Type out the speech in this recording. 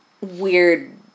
weird